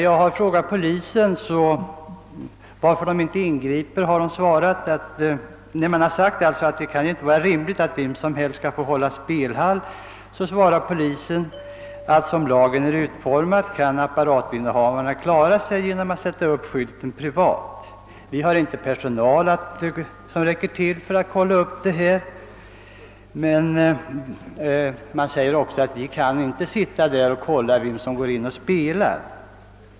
När jag frågat polisen varför man inte ingriper, eftersom det inte kan vara rimligt att vem som helst kan få hålla spelhall, svarar polisen att såsom lagen är utformad kan apparatinnehavarna klara sig genom att sätta upp skylten »Privat». Polisen har inte tillräckligt med personal för att kunna kontrollera detta, liksom inte heller för att kontrollera vem som går in och spelar.